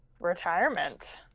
retirement